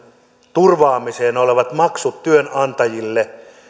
turvaamisen maksut työnantajille